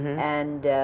and